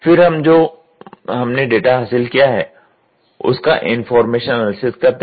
फिर हम जो हमने डेटा हासिल किया है उसका इनफार्मेशन एनालिसिस करते हैं